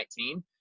2019